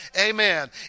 amen